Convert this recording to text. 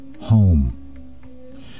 home